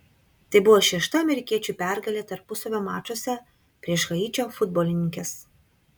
tai buvo šešta amerikiečių pergalė tarpusavio mačuose prieš haičio futbolininkes